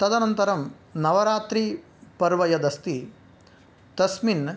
तदनन्तरं नवरात्रिपर्व यदस्ति तस्मिन्